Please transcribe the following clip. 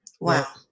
Wow